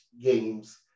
games